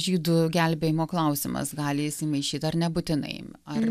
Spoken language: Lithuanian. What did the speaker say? žydų gelbėjimo klausimas gali įsimaišyt ar nebūtinai ar